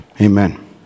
Amen